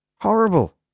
Horrible